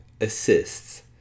assists